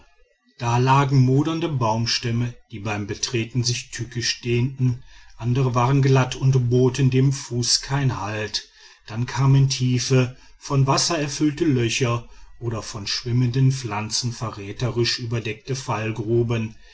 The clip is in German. da lagen modernde baumstämme die beim betreten sich tückisch drehten andere waren glatt und boten dem fuß keinen halt dann kamen tiefe von wasser erfüllte löcher oder von schwimmenden pflanzen verräterisch überdeckte